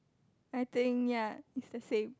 I think ya is the same